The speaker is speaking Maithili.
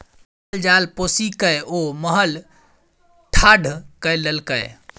माल जाल पोसिकए ओ महल ठाढ़ कए लेलकै